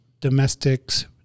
domestics